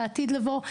לעתיד לבוא.